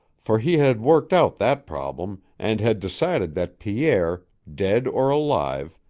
for he had worked out that problem and had decided that pierre, dead or alive,